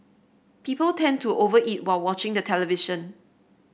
people tend to over eat while watching the television